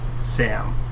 Sam